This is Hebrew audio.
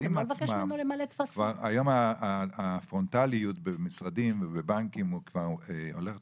היום הפרונטליות במשרדים ובבנקים כבר הולכת